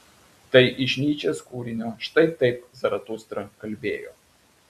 tai iš nyčės kūrinio štai taip zaratustra kalbėjo